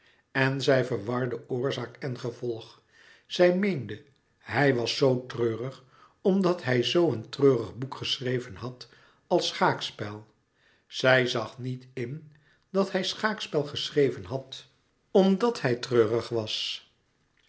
en zij verwarde oorzaak en gevolg zij meende hij was zoo treurig omdat hij zoo een treurig boek geschreven had als schaakspel zij zag niet in dat hij schaakspel geschreven had omdat hij treurig was